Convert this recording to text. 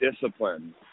discipline